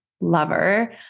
lover